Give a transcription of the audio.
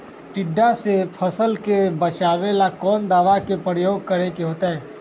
टिड्डा से फसल के बचावेला कौन दावा के प्रयोग करके होतै?